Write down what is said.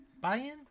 buy-in